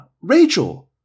Rachel